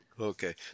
Okay